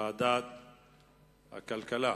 לוועדת הכלכלה,